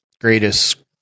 greatest